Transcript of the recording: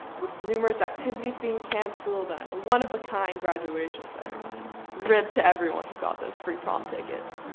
with numerous activities being canceled and a one of a kind graduation ceremony rip to everyone who got those free prom tickets.